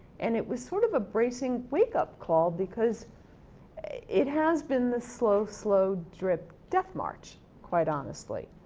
and, it was sort of a bracing wake up call because it has been this slow, slow drip death march, quite honestly.